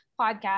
podcast